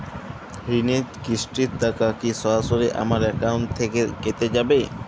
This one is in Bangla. ঋণের কিস্তির টাকা কি সরাসরি আমার অ্যাকাউন্ট থেকে কেটে যাবে?